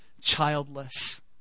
childless